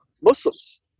Muslims